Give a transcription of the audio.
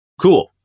cool